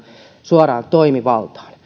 suoraan toimivaltaan